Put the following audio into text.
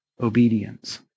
obedience